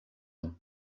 ans